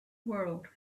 world